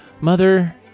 Mother